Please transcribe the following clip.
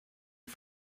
are